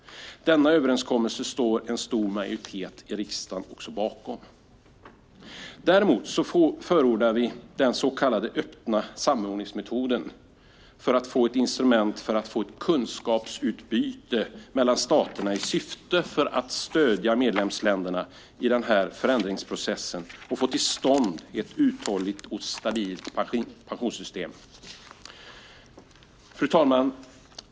Denna överenskommelse står en stor majoritet i riksdagen bakom. Däremot förordar vi den så kallade öppna samordningsmetoden för att få ett instrument för ett kunskapsutbyte mellan staterna i syfte att stödja medlemsländerna i förändringsprocessen och få till stånd ett uthålligt och stabilt pensionssystem. Fru talman!